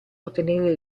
ottenere